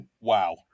Wow